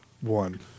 one